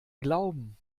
glauben